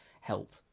help